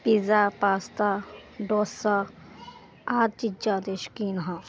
pizza pasta dosa ਆਹ ਚੀਜ਼ਾਂ ਦੇ ਸ਼ੌਕੀਨ ਹਾਂ